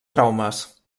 traumes